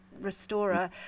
restorer